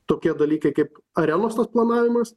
tokie dalykai kaip arenos tas planavimas